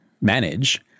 manage